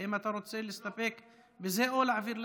האם אתה רוצה להסתפק בזה או להעביר?